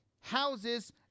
houses